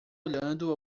olhando